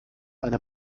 eine